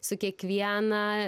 su kiekviena